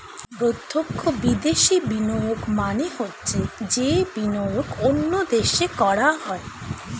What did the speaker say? প্রত্যক্ষ বিদেশি বিনিয়োগ মানে হচ্ছে যে বিনিয়োগ অন্য দেশে করা হয়